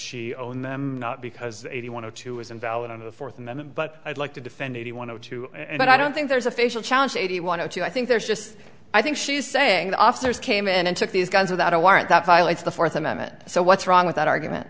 she owned them not because they want to is invalid under the fourth amendment but i'd like to defend he wanted to and i don't think there's a facial challenge eighty one of two i think there's just i think she's saying the officers came in and took these guns without a warrant that violates the fourth amendment so what's wrong with that argument